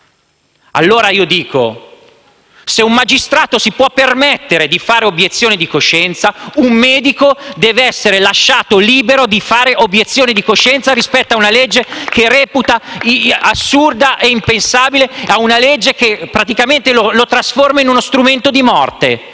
Allora io dico che, se un magistrato si può permettere di fare obiezione di coscienza, un medico deve essere lasciato libero di fare obiezione di coscienza rispetto ad una legge che reputa assurda e impensabile e che lo trasforma praticamente in uno strumento di morte,